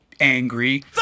angry